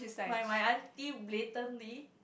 my my auntie blatantly